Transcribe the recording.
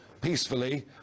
peacefully